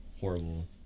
horrible